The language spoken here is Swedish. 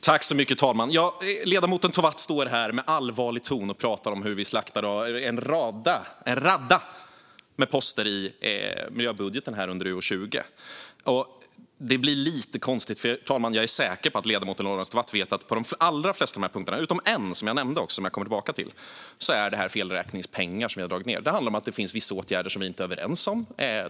Fru talman! Ledamoten Tovatt står här och pratar med allvarlig ton om hur vi slaktar en radda med poster i miljöbudgeten under utgiftsområde 20. Det blir lite konstigt, fru talman, för jag är säker på att ledamoten Lorentz Tovatt vet att på de allra flesta av de här punkterna, alla utom en som jag nämnde och som jag kommer tillbaka till, är det felräkningspengar som vi har dragit ned. Det handlar om att det finns vissa åtgärder som vi inte är överens om.